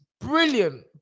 Brilliant